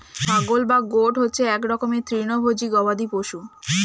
ছাগল বা গোট হচ্ছে এক রকমের তৃণভোজী গবাদি পশু